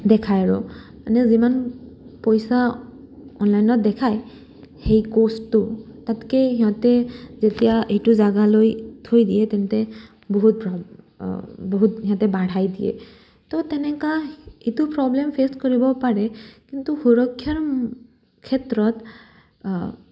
দেখায় আৰু মানে যিমান পইচা অনলাইনত দেখায় সেই খৰচটো তাতকে সিহঁতে যেতিয়া এইটো জাগালৈ থৈ দিয়ে তেন্তে বহুত বহুত সিহঁতে বাঢ়াই দিয়ে তো তেনেকা এইটো প্ৰব্লেম ফেচ কৰিব পাৰে কিন্তু সুৰক্ষাৰ ক্ষেত্ৰত